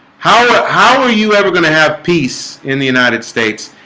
how ah how are you ever going to have peace in the united states,